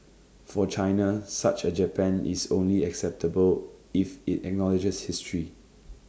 for China such A Japan is only acceptable if IT acknowledges history